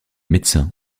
médecin